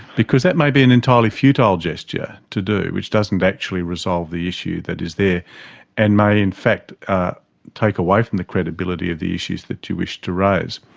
because that may be an entirely futile gesture to do, which doesn't actually resolve the issue that is there and may in fact take away from the credibility of the issues that you wish to raise.